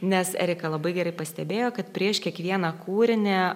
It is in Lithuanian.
nes erika labai gerai pastebėjo kad prieš kiekvieną kūrinį